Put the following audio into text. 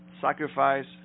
sacrifice